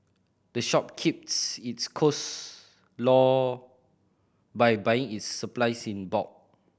the shop keeps its cost low by buying its supplies in bulk